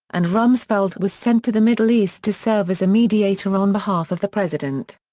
and rumsfeld was sent to the middle east to serve as a mediator on behalf of the president.